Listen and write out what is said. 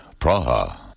Praha